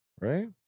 Right